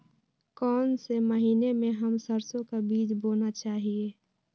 कौन से महीने में हम सरसो का बीज बोना चाहिए?